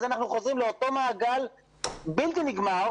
אז אנחנו חוזרים לאותו מעגל בלתי נגמר